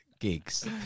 gigs